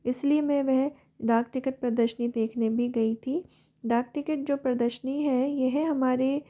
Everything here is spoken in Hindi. इसलिए मैं वह डाक टिकट प्रदर्शनी देखने भी गई थी डाक टिकट जो प्रदर्शनी है यह हमारी